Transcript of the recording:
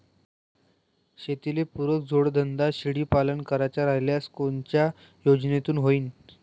शेतीले पुरक जोडधंदा शेळीपालन करायचा राह्यल्यास कोनच्या योजनेतून होईन?